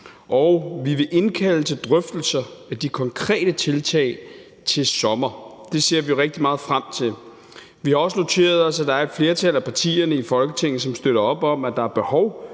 og vi vil indkalde til drøftelser af de konkrete tiltag til sommer. Det ser vi rigtig meget frem til. Vi har også noteret os, at der er et flertal af partierne i Folketinget, som støtter op om, at der er behov